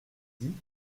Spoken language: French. dit